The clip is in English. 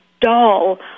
dull